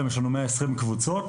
יש לנו 120 קבוצות.